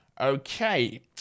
Okay